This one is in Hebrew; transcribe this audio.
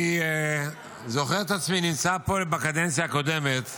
אני זוכר את עצמי נמצא פה בקדנציה הקודמת,